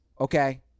okay